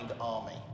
army